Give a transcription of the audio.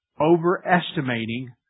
overestimating